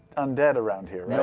undead around here, yeah